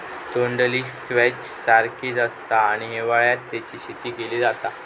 तोंडली स्क्वैश सारखीच आसता आणि हिवाळ्यात तेची शेती केली जाता